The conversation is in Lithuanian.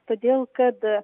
todėl kad